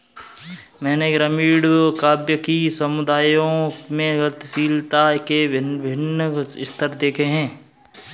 मैंने ग्रामीण काव्य कि समुदायों में गतिशीलता के विभिन्न स्तर देखे हैं